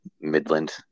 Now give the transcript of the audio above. midland